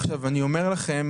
עכשיו, אני אומר לכם